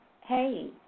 hey